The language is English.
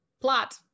plot